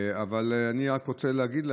אבל אני רק רוצה להגיד לכם,